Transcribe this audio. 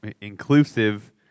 inclusive